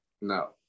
No